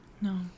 No